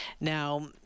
Now